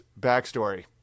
backstory